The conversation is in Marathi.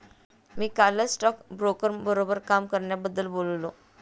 मी कालच स्टॉकब्रोकर बरोबर काम करण्याबद्दल बोललो